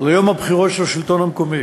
ליום הבחירות של השלטון המקומי.